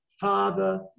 Father